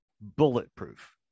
bulletproof